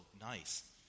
nice